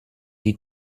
die